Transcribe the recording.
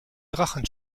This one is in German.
drachen